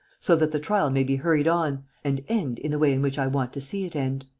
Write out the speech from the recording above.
so that the trial may be hurried on and end in the way in which i want to see it end.